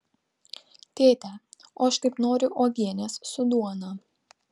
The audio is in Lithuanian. tėte o aš taip noriu uogienės su duona